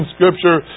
Scripture